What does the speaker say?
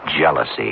jealousy